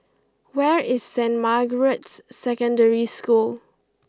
where is Saint Margaret's Secondary School